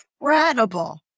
incredible